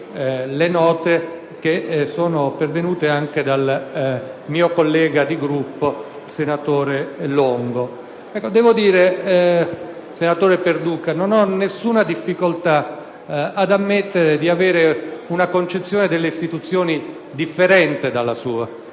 le note pervenute dal mio collega di Gruppo, senatore Longo. Senatore Perduca, non ho alcuna difficoltà ad ammettere di avere una concezione delle istituzioni differente dalla sua.